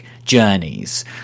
journeys